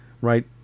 right